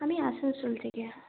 আমি আসানসোল থেকে